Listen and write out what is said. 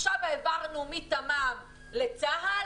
עכשיו העברנו מתממ לצה"ל